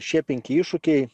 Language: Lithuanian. šie penki iššūkiai